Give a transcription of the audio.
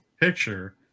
picture